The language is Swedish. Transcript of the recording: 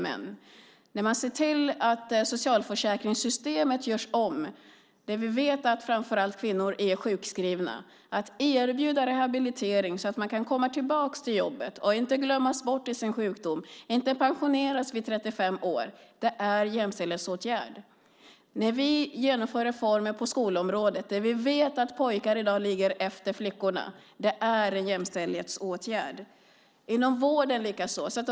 Man ser till att socialförsäkringssystemet görs om. Vi vet att framför allt kvinnor är sjukskrivna. Det handlar om att erbjuda rehabilitering så att människor kan komma tillbaka till jobbet och inte glömmas bort i sin sjukdom och pensioneras vid 35 års ålder. Det är en jämställdhetsåtgärd. Vi genomför reformer på skolområdet där vi vet att pojkar i dag ligger efter flickor. Det är en jämställdhetsåtgärd. Det är likadant inom vården.